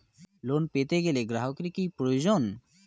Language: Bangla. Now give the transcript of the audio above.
লোন পেতে গেলে গ্রাহকের কি প্রয়োজন?